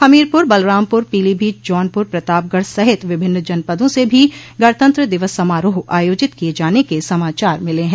हमीरपुर बलरामपुर पीलीभीत जौनपुर प्रतापगढ़ सहित विभिन्न जनपदों से भी गणतंत्र दिवस समारोह आयोजित किये जाने के समाचार मिले है